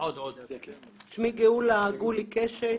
שמי גאולה גולי קשת,